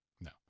No